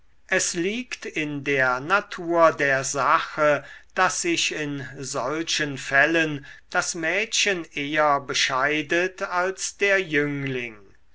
es liegt in der natur der sache daß sich in solchen fällen das mädchen eher bescheidet als der jüngling